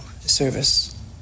Service